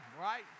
right